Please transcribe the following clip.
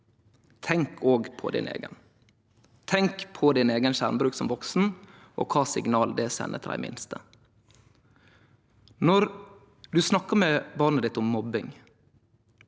tenk òg på din eigen. Tenk på din eigen skjermbruk som vaksen, og kva signal det sender til dei minste. Når du snakkar med barnet ditt om mobbing,